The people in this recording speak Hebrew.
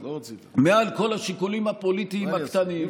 השיקולים הפוליטיים הקטנים.